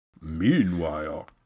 Meanwhile